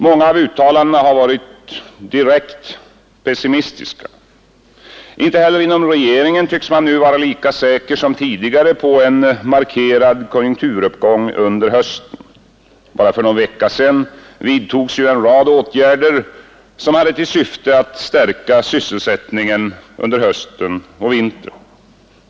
Många uttalanden har varit direkt pessimistiska. Inte heller inom regeringen tycks man nu vara lika säker som tidigare på en markerad konjunkturuppgång under hösten. Bara för någon vecka sedan vidtogs ju en rad åtgärder som hade till syfte att stärka sysselsättningen under hösten och vintern.